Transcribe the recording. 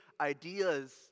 ideas